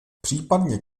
případně